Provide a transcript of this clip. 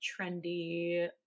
trendy